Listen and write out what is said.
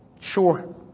Sure